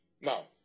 Now